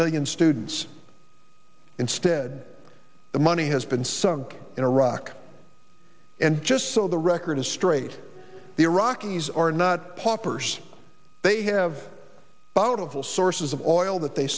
million students instead the money has been sunk in iraq and just so the record straight the iraqis are not paupers they have bought a whole sources of oil that they